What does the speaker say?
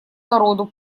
народу